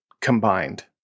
combined